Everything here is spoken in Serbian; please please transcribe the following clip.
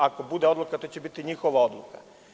Ako bude odluka, to će biti njihova odluka.